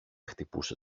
χτυπούσε